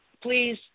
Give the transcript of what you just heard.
please